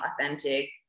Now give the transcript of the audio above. authentic